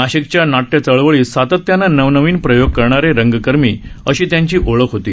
नाशिकच्या नाट्यचळवळीत सातत्यानं नवनवीन प्रयोग करणारे रंगकर्मी अशी त्यांची ओळख होती